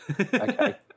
Okay